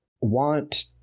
want